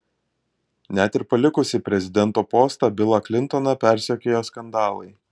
net ir palikusį prezidento postą bilą klintoną persekioja skandalai